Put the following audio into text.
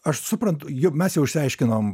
aš suprantu ju mes jau išsiaiškinom